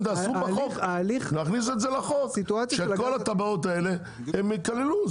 נכניס את זה לחוק שכל התב"עות האלה ייכללו,